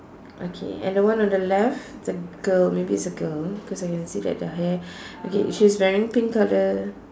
okay and the one on the left the girl maybe it's a girl because I can see that the hair okay she's wearing pink color